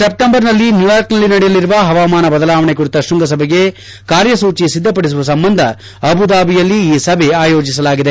ಸೆಪ್ಟೆಂಬರ್ನಲ್ಲಿ ನ್ಯೂಯಾರ್ಕ್ನಲ್ಲಿ ನಡೆಯಲಿರುವ ಹವಾಮಾನ ಬದಲಾವಣೆ ಕುರಿತ ಶೃಂಗಸಭೆಗೆ ಕಾರ್ಯಸೂಚಿ ಸಿದ್ದಪಡಿಸುವ ಸಂಬಂಧ ಅಬುದಾಬಿಯಲ್ಲಿ ಈ ಸಭೆ ಆಯೋಜಿಸಲಾಗಿದೆ